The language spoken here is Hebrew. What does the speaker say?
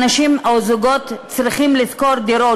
אנשים או זוגות צריכים לשכור דירות